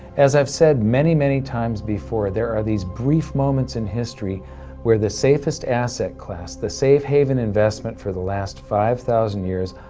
as i've said many, many times before, there are these brief moments in history where the safest asset class, the safe haven investment for the last five thousand years,